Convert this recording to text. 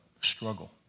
struggle